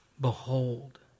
Behold